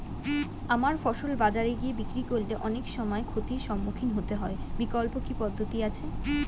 আমার ফসল বাজারে গিয়ে বিক্রি করলে অনেক সময় ক্ষতির সম্মুখীন হতে হয় বিকল্প কি পদ্ধতি আছে?